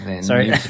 sorry